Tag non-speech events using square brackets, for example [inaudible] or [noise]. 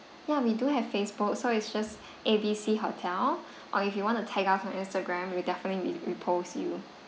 ya we do have Facebook so it's just A B C hotel [breath] or if you want to tag us on Instagram we'll definitely be repost you